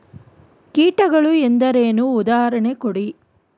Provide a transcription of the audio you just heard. ಕೀಟಗಳು ಎಂದರೇನು? ಉದಾಹರಣೆ ಕೊಡಿ?